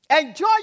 Enjoy